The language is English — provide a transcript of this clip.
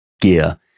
gear